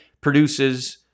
produces